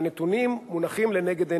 והנתונים מונחים לנגד עינינו.